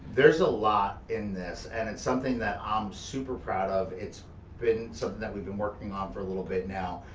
there's a lot in this and it's something that i'm super proud of. it's been something that we've been working on for a little bit now,